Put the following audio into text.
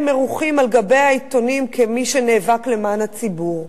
מרוחים על גבי העיתונים כמי שנאבקים למען הציבור.